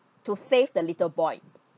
to save the little boy